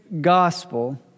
gospel